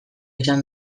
izan